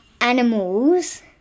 animals